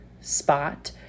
spot